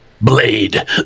Blade